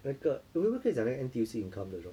那个 eh 我有没有跟你讲那个 N_T_U_C income 的 job